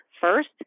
first